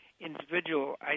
individual